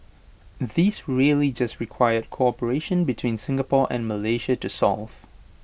these really just required cooperation between Singapore and Malaysia to solve